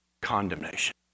condemnation